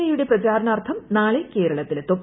എിയുടെ പ്രചാരണാർത്ഥം നാളെ കേരളത്തിലെത്തും